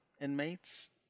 inmates